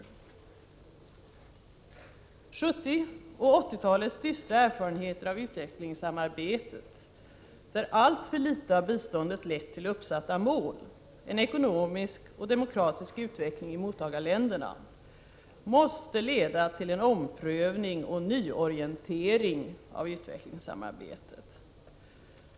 1970 och 1980-talets dystra erfarenheter av utvecklingssamarbetet, där alltför litet av biståndet lett till uppsatta mål — en ekonomisk och demokratisk utveckling i mottagarländerna —, måste leda till en omprövning och nyorientering av utvecklingssamarbetet.